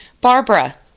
Barbara